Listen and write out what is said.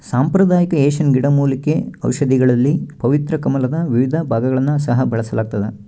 ಸಾಂಪ್ರದಾಯಿಕ ಏಷ್ಯನ್ ಗಿಡಮೂಲಿಕೆ ಔಷಧಿಗಳಲ್ಲಿ ಪವಿತ್ರ ಕಮಲದ ವಿವಿಧ ಭಾಗಗಳನ್ನು ಸಹ ಬಳಸಲಾಗ್ತದ